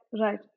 right